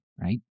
right